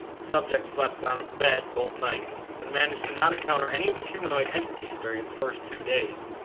subject slept on a bed both nights, and managed to not encounter any of the humanoid entities during his first two days